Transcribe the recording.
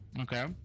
okay